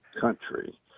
country